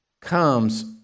comes